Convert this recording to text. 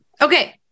okay